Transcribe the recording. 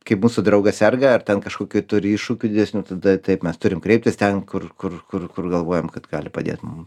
kaip mūsų draugas serga ar ten kažkokių turi iššūkių didesnių tada taip mes turime kreiptis ten kur kur kur kur galvojam kad gali padėt mum